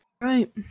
Right